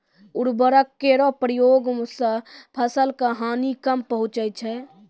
उर्वरक केरो प्रयोग सें फसल क हानि कम पहुँचै छै